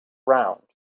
round